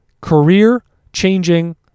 career-changing